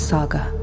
Saga